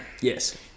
yes